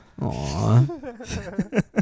Aww